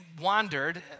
wandered